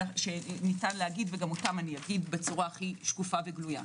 שניתן להגיד ואומר אותן בצורה הכי שקופה וגלויה.